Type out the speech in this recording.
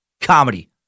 Comedy